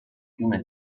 fiume